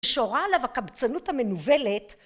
שורה עליו הקבצנות המנוולת